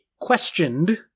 questioned